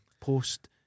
post